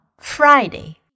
Friday